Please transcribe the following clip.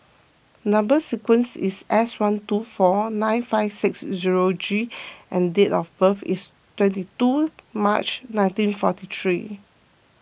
Number Sequence is S one two four nine five six zero G and date of birth is twenty two March nineteen forty three